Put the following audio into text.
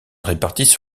répartissent